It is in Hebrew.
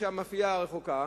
שבו המאפייה רחוקה,